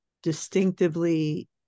distinctively